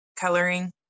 Coloring